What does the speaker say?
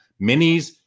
minis